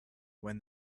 when